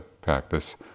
practice